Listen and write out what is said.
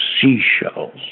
seashells